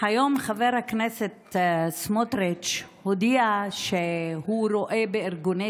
היום חבר הכנסת סמוטריץ' הודיע שהוא רואה בארגוני